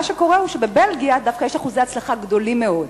מה שקורה הוא שבבלגיה יש דווקא אחוזי הצלחה גדולים מאוד.